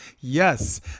yes